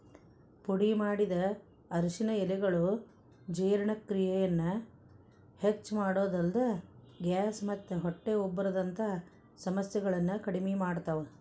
ಪುಡಿಮಾಡಿದ ಅರಿಶಿನ ಎಲೆಗಳು ಜೇರ್ಣಕ್ರಿಯೆಯನ್ನ ಹೆಚ್ಚಮಾಡೋದಲ್ದ, ಗ್ಯಾಸ್ ಮತ್ತ ಹೊಟ್ಟೆ ಉಬ್ಬರದಂತ ಸಮಸ್ಯೆಗಳನ್ನ ಕಡಿಮಿ ಮಾಡ್ತಾವ